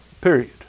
Period